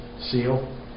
seal